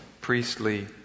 priestly